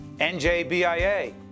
NJBIA